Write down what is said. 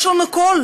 יש לנו קול.